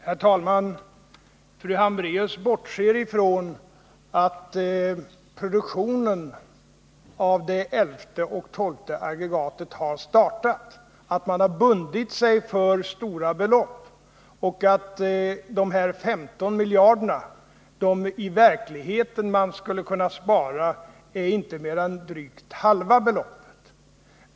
Herr talman! Fru Hambraeus bortser från att produktionen av det elfte och tolfte aggregatet har startats, och att man därvid bundit sig för stora belopp och att man beträffande de här 15 miljarderna i verkligheten inte skulle kunna spara mer än drygt halva beloppet.